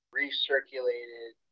recirculated